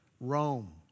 Rome